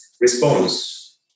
response